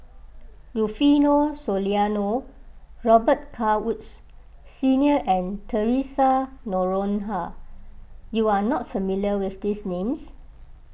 Rufino Soliano Robet Carr Woods Senior and theresa Noronha you are not familiar with these names